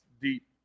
deep